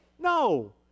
No